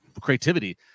creativity